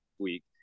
week